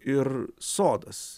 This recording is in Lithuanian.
ir sodas